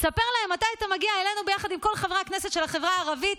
תספר להם מתי אתה מגיע אלינו ביחד עם כל חברי הכנסת של החברה הערבית